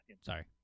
Sorry